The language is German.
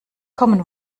common